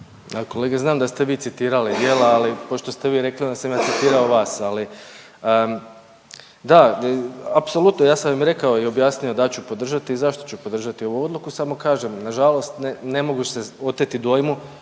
Ja kolega znam da ste vi citirali djela, ali pošto ste vi rekli onda sam ja citirao vas, ali da apsolutno ja sam im rekao i objasnio da ću podržati i zašto ću podržati ovu odluku samo kažem nažalost ne mogu se oteti dojmu